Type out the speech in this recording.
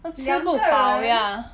都吃不饱 ya